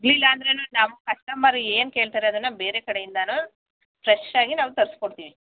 ಸಿಗ್ಲಿಲ್ಲಾಂದ್ರೂ ನಮ್ಮ ಕಸ್ಟಮರ್ ಏನು ಕೇಳ್ತಾರೆ ಅದನ್ನು ಬೇರೆ ಕಡೆಯಿಂದಲೂ ಫ್ರೆಶ್ಶಾಗಿ ನಾವು ತರಿಸ್ಕೊಡ್ತೀವಿ